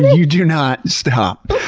you do not stop.